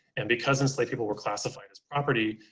and because enslaved people were classified as property,